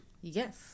Yes